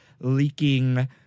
leaking